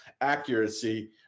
accuracy